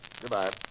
Goodbye